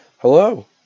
Hello